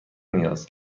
نیاز